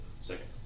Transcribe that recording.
Second